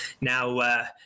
Now